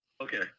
Okay